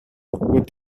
what